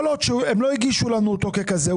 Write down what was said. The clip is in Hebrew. כל עוד הם לא הגישו לנו אותו ככזה,